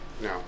No